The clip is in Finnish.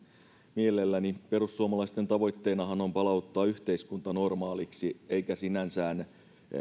mielelläni perussuomalaisten tavoitteenahan on palauttaa yhteiskunta normaaliksi eikä sinänsä